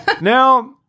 Now